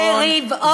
לרבעון.